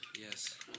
yes